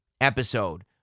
episode